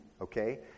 okay